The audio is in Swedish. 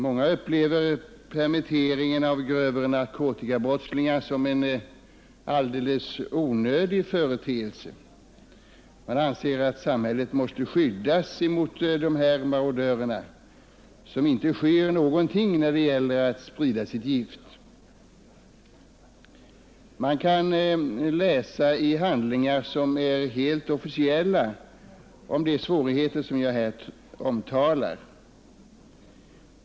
Många upplever permitteringen av grövre narkotikabrottslingar som en alldeles onödig företeelse. Man anser att samhället måste skyddas mot dessa marodörer som inte skyr någonting när det gäller att sprida sitt gift. Man kan läsa i handlingar, som är helt officiella, om de svårigheter som jag här omtalar.